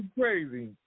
crazy